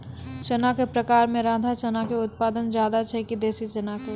चना के प्रकार मे राधा चना के उत्पादन ज्यादा छै कि देसी चना के?